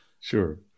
Sure